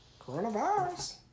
Coronavirus